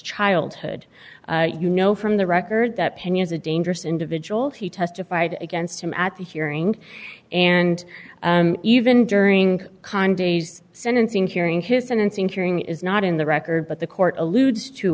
childhood you know from the record that pena's a dangerous individual he testified against him at the hearing and even during sentencing hearing his sentencing hearing is not in the record but the court alludes to